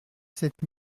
sept